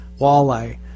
walleye